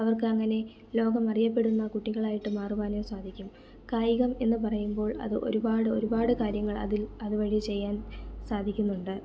അവർക്ക് അങ്ങനെ ലോകമറിയപ്പെടുന്ന കുട്ടികളായിട്ട് മാറുവാനും സാധിക്കും കായികം എന്ന് പറയുമ്പോൾ അത് ഒരുപാട് ഒരുപാട് കാര്യങ്ങൾ അതിൽ അതുവഴി ചെയ്യാൻ സാധിക്കുന്നുണ്ട്